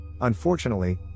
Unfortunately